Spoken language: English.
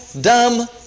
dumb